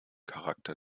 charakter